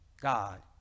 God